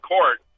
Court